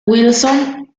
wilson